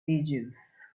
ages